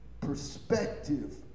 perspective